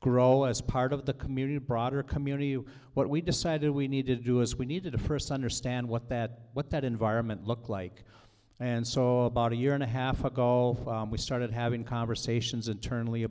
grow as part of the community broader community you what we decided we need to do is we need to first understand what that what that environment looked like and saw a body year and a half ago we started having conversations internally